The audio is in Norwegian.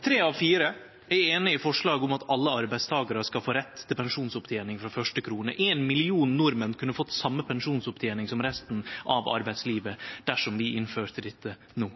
Tre av fire er einige i forslaget om at alle arbeidstakarar skal få rett til pensjonsopptening frå første krone. Éin million nordmenn kunne fått same pensjonsopptening som resten av arbeidslivet dersom vi innførte dette no.